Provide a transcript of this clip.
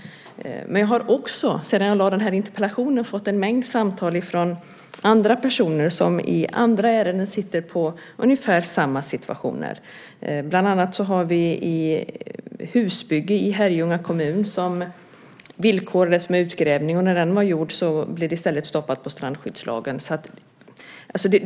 Men jag har också sedan jag lade fram den här interpellationen fått en mängd samtal från andra personer som i andra ärenden är i ungefär samma situation. Bland annat har vi ett husbygge i Herrljunga kommun som villkorades med utgrävning. När den var gjord blev det i stället stoppat enligt strandskyddslagen.